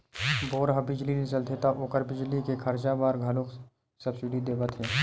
bore ह बिजली ले चलथे त ओखर बिजली के खरचा बर घलोक सब्सिडी देवत हे